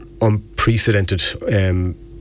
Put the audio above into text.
unprecedented